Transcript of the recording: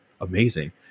Amazing